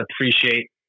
appreciate